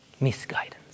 misguidance